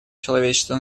человечества